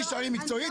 תישארי מקצועית.